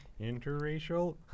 interracial